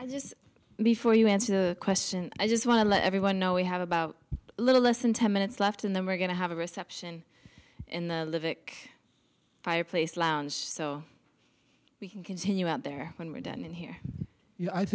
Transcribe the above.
i just before you answer the question i just want to let everyone know we have about a little less than ten minutes left and then we're going to have a reception in the fireplace lounge so we can continue out there when we're done in here